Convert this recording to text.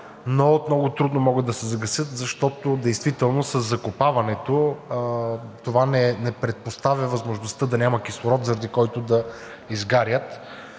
много трудно могат да се загасят, защото действително със закопаването това не предпоставя възможността да няма кислород, заради който да изгарят,